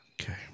okay